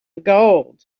gold